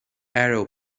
arrow